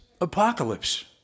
apocalypse